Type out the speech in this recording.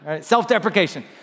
Self-deprecation